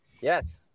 Yes